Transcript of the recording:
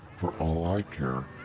for all i care.